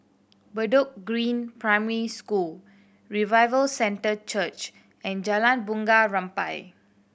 Bedok Green Primary School Revival Centre Church and Jalan Bunga Rampai